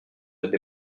notre